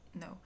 no